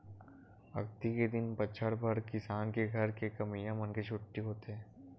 अक्ती के दिन बछर भर किसान के घर के कमइया मन के छुट्टी होथे